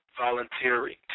volunteering